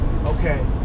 okay